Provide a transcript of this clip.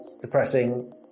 depressing